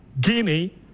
Guinea